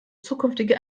zukünftige